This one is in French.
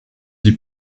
les